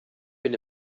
bin